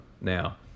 now